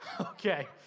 okay